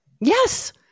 Yes